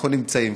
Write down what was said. אנחנו נמצאים,